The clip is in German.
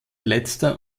letzter